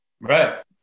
Right